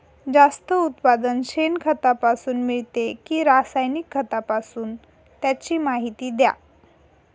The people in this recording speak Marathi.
जास्त उत्पादन शेणखतापासून मिळते कि रासायनिक खतापासून? त्याची माहिती द्या